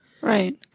right